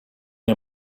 nie